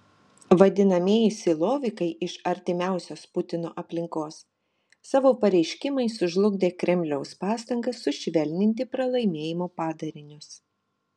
vadinamieji silovikai iš artimiausios putino aplinkos savo pareiškimais sužlugdė kremliaus pastangas sušvelninti pralaimėjimo padarinius